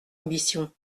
ambition